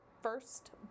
first